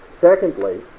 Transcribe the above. Secondly